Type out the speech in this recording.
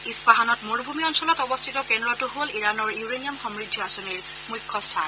ইছফাহানত মৰুভূমি অঞ্চলত অৱস্থিত কেন্দ্ৰটো হল ইৰাণৰ ইউৰেনিয়াম সমূদ্ধি আঁচনিৰ মুখ্য স্থান